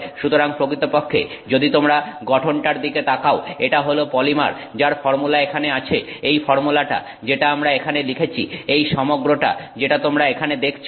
সুতরাং প্রকৃতপক্ষে যদি তোমরা গঠনটার দিকে তাকাও এটা হল পলিমার যার ফর্মুলা এখানে আছে এই ফর্মুলাটা যেটা আমরা এখানে লিখেছি এই সমগ্রটা যেটা তোমরা এখানে দেখছো